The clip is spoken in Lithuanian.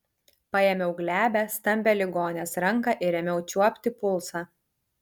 paėmiau glebią stambią ligonės ranką ir ėmiau čiuopti pulsą